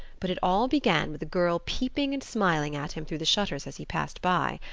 but it all began with a girl peeping and smiling at him through the shutters as he passed by.